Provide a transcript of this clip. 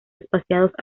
espaciados